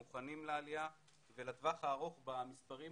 מוכנים לעלייה ולטווח הארוך במספרים